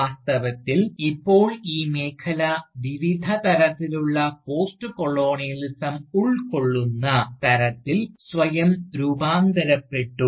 വാസ്തവത്തിൽ ഇപ്പോൾ ഈ മേഖല വിവിധ തരത്തിലുള്ള പോസ്റ്റ്കൊളോണിയലിസം ഉൾക്കൊള്ളുന്ന തരത്തിൽ സ്വയം രൂപാന്തരപ്പെട്ടു